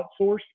outsourced